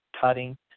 cutting